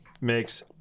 makes